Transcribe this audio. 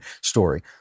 story